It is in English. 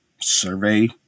survey